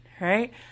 right